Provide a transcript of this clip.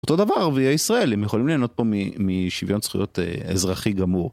אותו דבר, ערביי ישראל, הם יכולים ליהנות פה משוויון זכויות אזרחי גמור.